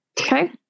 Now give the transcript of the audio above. okay